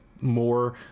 More